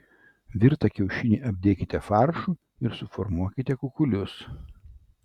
virtą kiaušinį apdėkite faršu ir suformuokite kukulius